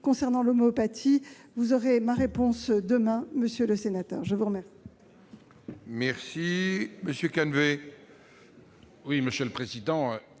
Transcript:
Concernant l'homéopathie, vous aurez ma réponse demain, monsieur le sénateur.